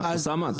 אוסאמה,